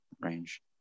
range